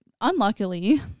unluckily